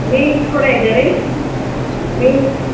meals ಕೂಡ ಇದೆ ರೀ ಮೀಲ್ಸ್